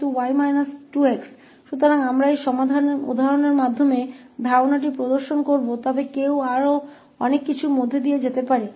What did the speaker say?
तो हम इस सरल उदाहरण के द्वारा इस विचार को प्रदर्शित करेंगे लेकिन कोई और भी बहुत कुछ कर सकता है